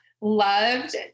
loved